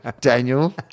Daniel